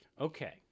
Okay